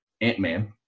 Ant-Man